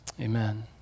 amen